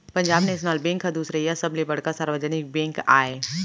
Punjab national bank ह दुसरइया सबले बड़का सार्वजनिक बेंक आय